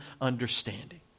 understanding